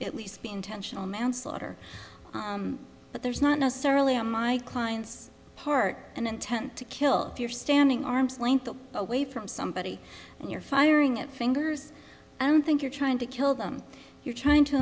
at least be intentional manslaughter but there's not necessarily on my client's part an intent to kill if you're standing arm's length away from somebody and you're firing at fingers i don't think you're trying to kill them you're trying to